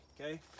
okay